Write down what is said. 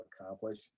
accomplish